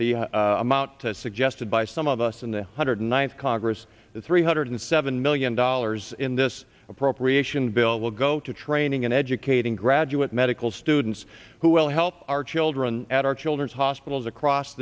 the amount has suggested by some of us in the hundred ninth congress the three hundred seven million dollar allers in this appropriation bill will go to training and educating graduate medical students who will help our children at our children's hospitals across